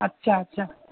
আচ্ছা আচ্ছা